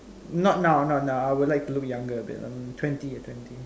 not now not now I would like to look younger a bit um twenty lah twenty